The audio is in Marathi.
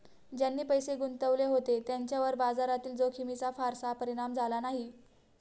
ज्यांनी पैसे गुंतवले होते त्यांच्यावर बाजारातील जोखमीचा फारसा परिणाम झाला नाही